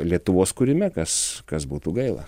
lietuvos kūrime kas kas būtų gaila